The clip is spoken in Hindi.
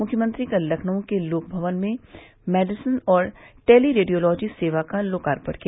मुख्यमंत्री कल लखनऊ के लोक भवन में मेडिसिन और टेलीरेडियोलॉजी सेवा का लोकार्पण किया